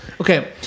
Okay